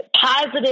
positive